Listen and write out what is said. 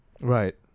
Right